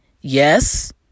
Yes